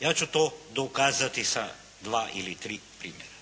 Ja ću to dokazati sa dva ili tri primjera.